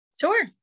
Sure